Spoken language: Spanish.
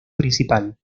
principal